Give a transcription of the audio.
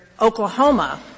Oklahoma